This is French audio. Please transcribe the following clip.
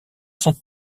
sont